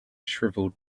shriveled